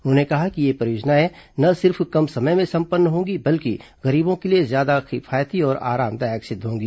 उन्होंने कहा कि ये परियोजनाएं न सिर्फ कम समय में सम्पन्न होंगी बल्कि गरीबों के लिए ज्यादा किफायती और आरामदायक सिद्ध होंगी